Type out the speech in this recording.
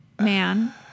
man